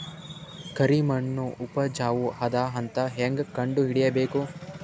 ಕರಿಮಣ್ಣು ಉಪಜಾವು ಅದ ಅಂತ ಹೇಂಗ ಕಂಡುಹಿಡಿಬೇಕು?